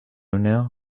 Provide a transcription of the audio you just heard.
now